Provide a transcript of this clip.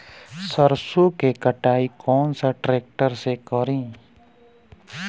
सरसों के कटाई कौन सा ट्रैक्टर से करी?